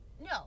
No